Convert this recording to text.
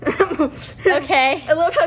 okay